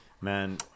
Man